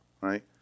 right